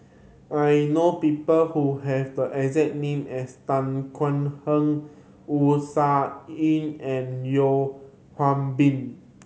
I know people who have the exact name as Tan Thuan Heng Wu Tsai Yen and Yeo Hwee Bin